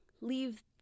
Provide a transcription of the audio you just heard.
leave